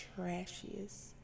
trashiest